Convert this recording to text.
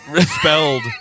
spelled